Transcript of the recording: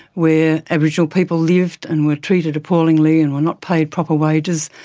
where aboriginal people lived and were treated appallingly and were not paid proper wages.